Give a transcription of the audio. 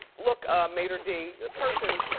look ah maitre d person,